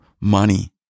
money